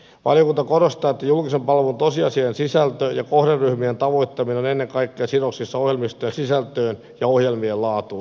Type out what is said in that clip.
valiokunta korostaa että julkisen palvelun tosiasiallinen sisältö ja kohderyhmien tavoittaminen on ennen kaikkea sidoksissa ohjelmistojen sisältöön ja ohjelmien laatuun